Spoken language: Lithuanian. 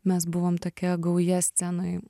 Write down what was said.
mes buvom tokia gauja scenoj